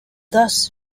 thus